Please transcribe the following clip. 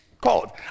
called